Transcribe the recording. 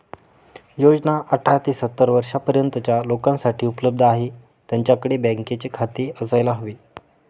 योजना अठरा ते सत्तर वर्षा पर्यंतच्या लोकांसाठी उपलब्ध आहे, त्यांच्याकडे बँकेचे खाते असायला हवे